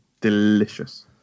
delicious